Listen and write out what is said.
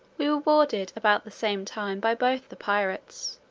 we were boarded about the same time by both the pirates,